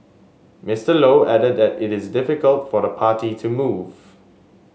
Mister Low added that it is difficult for the party to move